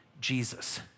Jesus